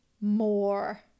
more